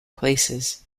places